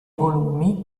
volumi